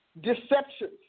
deceptions